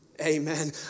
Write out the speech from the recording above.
amen